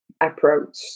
approach